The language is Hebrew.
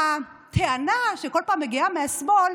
והטענה שכל פעם מגיעה מהשמאל,